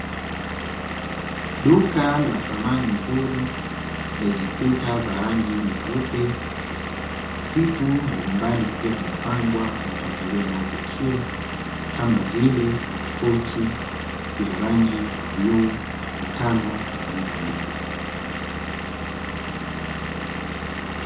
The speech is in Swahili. Duka la samani nzuri kama lenye kuta za rangi nyeupe vitu mbalimbali, vikiwa vimepangwa kwa mpangilio unaovutia kama vile makochi ya rangi ya bluu vitanda na meza ndogo.